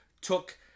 took